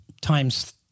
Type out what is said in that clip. Times